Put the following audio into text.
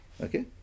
Okay